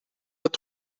het